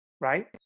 right